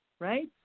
right